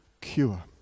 cure